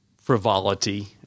frivolity